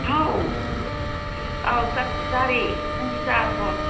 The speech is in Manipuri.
ꯍꯥꯎ ꯆꯥꯛ ꯆꯥꯔꯦ ꯅꯪꯗꯤ ꯆꯥꯔꯕꯣ